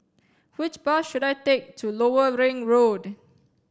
which bus should I take to Lower Ring Road